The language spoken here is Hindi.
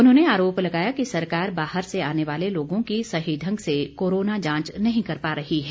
उन्होंने आरोप लगाया कि सरकार बाहर से आने वाले लोगों की सही ढंग से कोरोना जांच नहीं कर पा रही है